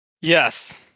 Yes